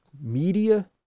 media